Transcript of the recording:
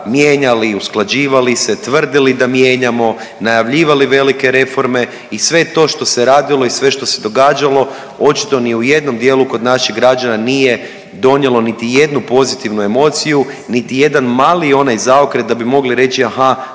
mijenjali i usklađivali se, tvrdili da mijenjamo, najavljivali velike reforme. I sve to što se radilo i sve što se događalo očito ni u jednom dijelu kod naših građana nije donijelo niti jednu pozitivnu emociju, niti jedan mali onaj zaokret da bi mogli reći aha